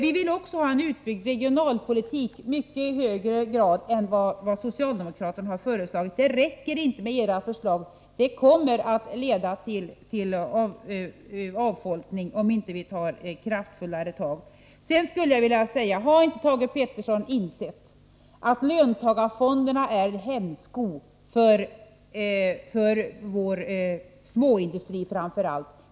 Vi vill också ha utbyggd regionalpolitik, i mycket högre grad än socialdemokraterna föreslagit. Era förslag är inte tillräckliga — de kommer att leda till avfolkning om vi inte tar mer kraftfulla tag. Sedan skulle jag vilja fråga: Har inte Thage Peterson insett att löntagarfonderna är en hämsko för framför allt vår småindustri?